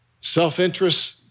Self-interest